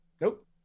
Nope